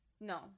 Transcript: no